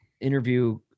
interview-